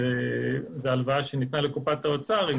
שזו הלוואה שניתנה לקופת האוצר עם